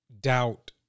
doubt